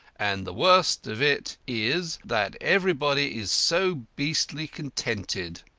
and the worst of it is that everybody is so beastly contented.